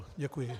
Děkuji.